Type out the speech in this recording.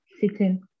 sitting